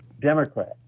Democrat